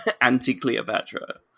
anti-Cleopatra